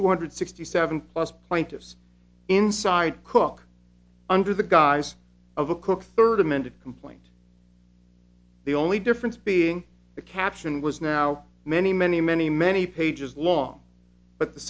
two hundred sixty seven plus plaintiffs inside cook under the guise of a cook third amended complaint the only difference being the caption was now many many many many pages long but the